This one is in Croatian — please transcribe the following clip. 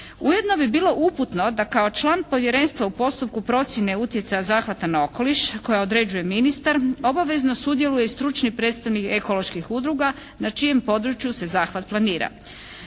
Ujedno bi bilo uputno da kao član povjerenstva u postupku procjene utjecaja zahvata na okoliš, koje određuje ministar, obavezno sudjeluje i stručni predstavnik ekoloških udruga na čijem području se zahvat planira.